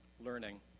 learning